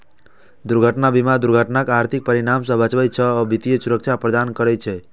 दुर्घटना बीमा दुर्घटनाक आर्थिक परिणाम सं बचबै छै आ वित्तीय सुरक्षा प्रदान करै छै